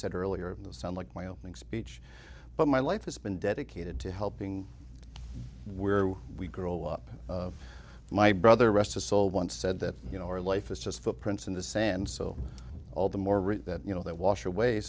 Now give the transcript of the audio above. said earlier the sound like my opening speech but my life has been dedicated to helping where we grow up my brother rest a soul once said that you know our life is just footprints in the sand so all the more route that you know that wash away